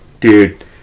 Dude